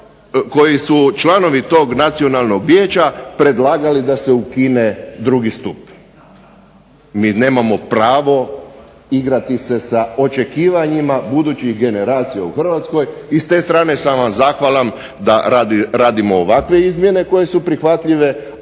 koji su članovi tog nacionalnog vijeća predlagali da se ukine drugi stup. Mi nemamo pravo igrati se sa očekivanjima budućih generacija u Hrvatskoj i s te strane sam vam zahvalan da radimo ovakve izmjene koje su prihvatljive,